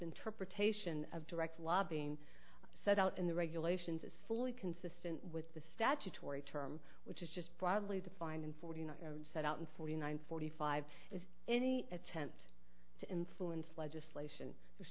interpretation of direct law being set out in the regulations is fully consistent with the statutory term which is just broadly defined and forty nine set out in forty nine forty five is any attempt to influence legislation there